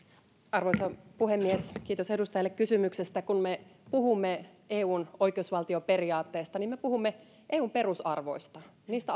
arvoisa puhemies kiitos edustajalle kysymyksestä kun me puhumme eun oikeusvaltioperiaatteesta niin me puhumme eun perusarvoista niistä